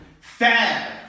fab